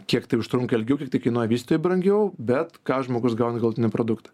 kiek tai užtrunka ilgiau kiek tai kainuoja vystytojui brangiau bet ką žmogus gauna galutinį produktą